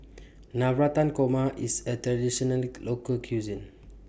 Navratan Korma IS A Traditional Local Cuisine